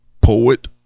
Poet